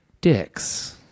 dicks